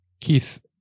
Keith